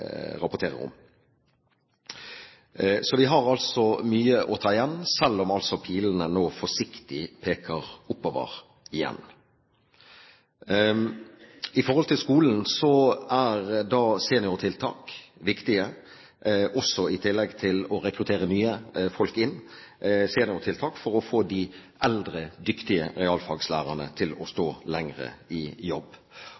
rapporterer om. Så vi har altså mye å ta igjen selv om pilene nå peker forsiktig oppover igjen. Seniortiltak er også viktig i skolen. I tillegg til å rekruttere nye folk inn er seniortiltak viktig for å få de eldre, dyktige realfagslærerne til å